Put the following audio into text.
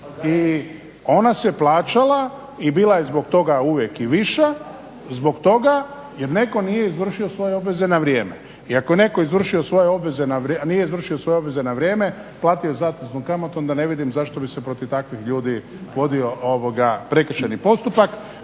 i ona se plaćala i bila je zbog toga uvijek viša, zbog toga jer netko nije izvršio svoje obveze na vrijeme. I ako netko nije izvršio svoje obveze na vrijeme platio je zateznu kamatu i onda ne vidim zašto bi se protiv takvih ljudi vodio prekršajni postupak.